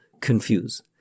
confuse